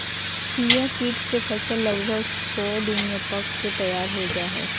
chia seeds के फसल लगभग सो दिन में पक के तैयार हो जाय हइ